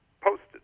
posted